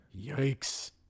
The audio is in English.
yikes